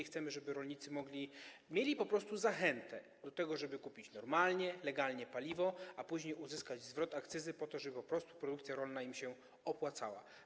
Chcemy, żeby rolnicy mieli po prostu zachętę do tego, żeby kupić normalnie, legalnie paliwo, a później uzyskać zwrot akcyzy, po to żeby po prostu produkcja rolna im się opłacała.